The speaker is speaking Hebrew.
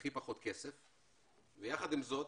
הכי פחות כסף, ויחד עם זאת,